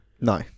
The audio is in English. No